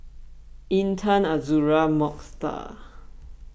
Intan Azura Mokhtar